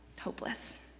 hopeless